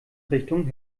richtung